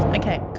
okay,